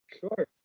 Sure